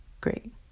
Great